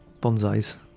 bonsais